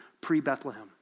pre-Bethlehem